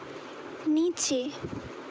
নিচে